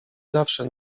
zawsze